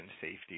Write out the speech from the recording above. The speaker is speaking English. safety